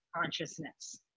consciousness